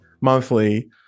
monthly